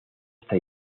hasta